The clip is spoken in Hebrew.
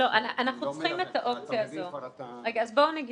אנחנו צריכים שהאופציה הזאת תהיה קיימת,